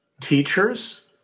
teachers